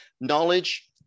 Knowledge